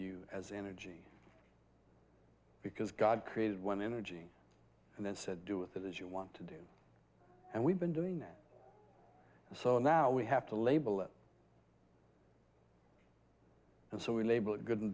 you as energy because god created one energy and then said do with it as you want to do and we've been doing it so now we have to label it and so we label it good and